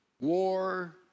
war